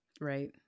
Right